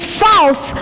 false